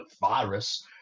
virus